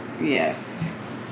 yes